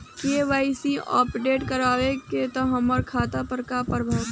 KYC ना update करवाएम त हमार खाता पर का प्रभाव पड़ी?